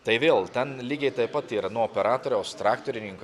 tai vėl ten lygiai taip pat yra nuo operatoriaus traktorininko